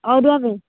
ଅରୁଆ ପାଇଁ